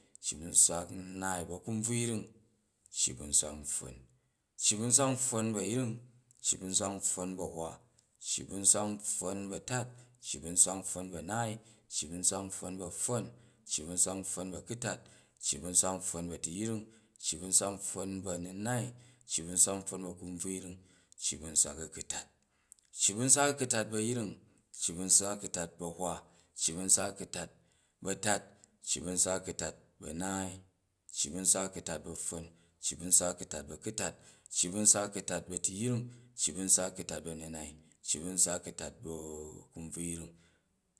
Cci bu̱ nswak nnaai bu̱ a̱kunbvuyring cci bu̱ nswak npffon, cci bu̱ nswak npffon bu̱ a̱yring, cci bu̱ nswak npffon bu̱ a̱hwa, cci bu̱ nswak npffon bu̱ a̱tat cci bu̱ nswak npffon bu̱ a̱naai, cci bu̱ nswak npffon bu̱ a̱pffon, cci bu̱ nswak npffon bu̱ a̱kutat, cci bu̱ nswak npffon bu̱ a̱tuyring, cci bu̱ nswak npffon bu̱ a̱nunai cci bu̱ nswak apffon bu̱ a̱kumbvuyring, cci bu̱ nswak a̱kutat cci bu̱ nswak a̱kntat bu̱ ayring, cci bu̱ nswak a̱kutat bu̱ atat cci bu̱ nswak a̱kutat bu̱ a̱naai, cci bu̱ nswak a̱kutat bu̱ a̱pffon, cci bu̱ nswak a̱kutat bu̱ a̱kutat, cci bu̱ nswak a̱kutat bu̱ a̱tuyring cci bu̱ nswak a̱kutat bu̱ a̱mani, cci bu̱ nswak a̱kutat bu̱ a̱kunbvuyring